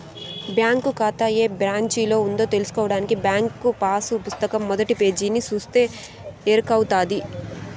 bank కాతా ఏ బ్రాంచిలో ఉందో తెల్సుకోడానికి బ్యాంకు పాసు పుస్తకం మొదటి పేజీని సూస్తే ఎరకవుతది